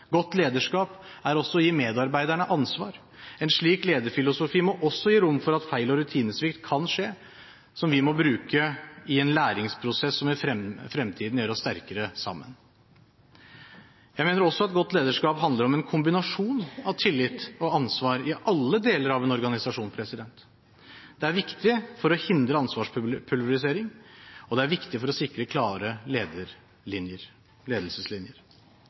Godt lederskap er også å gi medarbeiderne ansvar. En slik lederfilosofi må også gi rom for at feil og rutinesvikt kan skje, som vi må bruke i en læringsprosess som i fremtiden gjør oss sterkere sammen. Jeg mener også at godt lederskap handler om en kombinasjon av tillit og ansvar i alle deler av en organisasjon. Det er viktig for å hindre ansvarspulverisering, og det er viktig for å sikre klare ledelseslinjer.